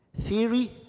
theory